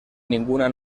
ninguna